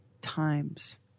times